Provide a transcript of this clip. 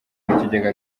mukigega